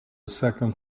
second